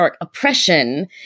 oppression